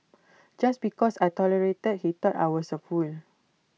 just because I tolerated he thought I was A fool